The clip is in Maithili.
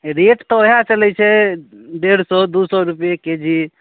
रेट तऽ वएह चलै छै डेढ़ सओ दुइ सओ रुपैए के जी